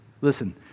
Listen